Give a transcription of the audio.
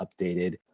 updated